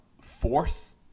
fourth